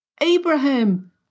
Abraham